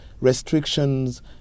restrictions